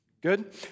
Good